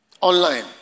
Online